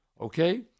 Okay